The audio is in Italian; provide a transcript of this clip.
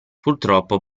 purtroppo